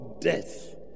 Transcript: death